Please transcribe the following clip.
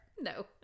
No